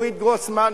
נורית גרוסמן,